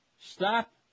Stop